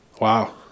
Wow